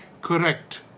correct